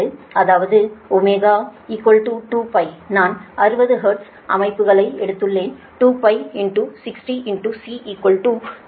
அதாவது ω 2π நாம் 60 ஹெர்ட்ஸ் அமைப்புகளை எடுத்துள்ளோம் 2π60C 10200148